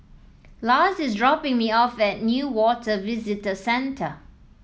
Lars is dropping me off at Newater Visitor Centre